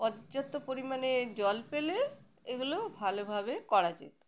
পর্যাপ্ত পরিমাণে জল পেলে এগুলো ভালোভাবে করা যেত